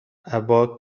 ابا